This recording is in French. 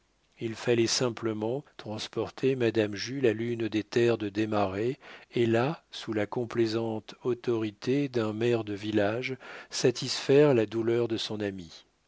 il fallait simplement transporter madame jules à l'une des terres de desmarets et là sous la complaisante autorité d'un maire de village satisfaire la douleur de son ami